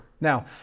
Now